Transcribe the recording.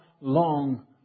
long